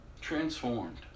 Transformed